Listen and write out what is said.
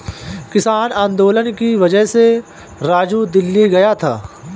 किसान आंदोलन की वजह से राजू दिल्ली गया था